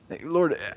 Lord